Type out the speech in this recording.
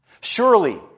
Surely